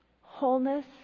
wholeness